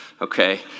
Okay